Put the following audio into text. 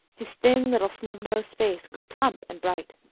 his thin little snub-nosed face grew plump and bright.